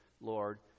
Lord